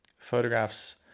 Photographs